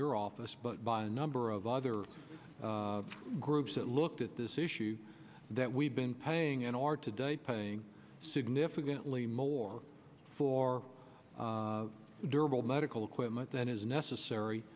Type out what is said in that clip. your office but by a number of other groups that looked at this issue that we've been paying and are today paying significantly more for durable medical equipment than is necessary